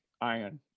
iron